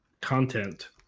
content